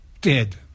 Dead